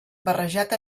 barrejat